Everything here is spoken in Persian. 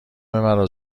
مرا